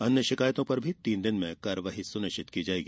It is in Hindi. अन्य शिकायतों पर तीन दिन में कार्रवाई सुनिश्चित की जाएगी